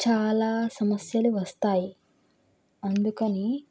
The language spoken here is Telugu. చాలా సమస్యలు వస్తాయి అందుకని